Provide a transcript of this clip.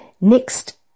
next